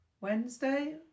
Wednesday